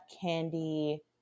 candy